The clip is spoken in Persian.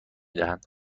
دهند